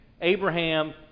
Abraham